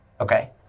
Okay